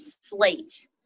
Slate